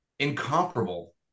incomparable